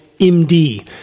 MD